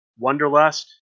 Wonderlust